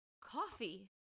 coffee